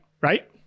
right